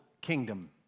kingdom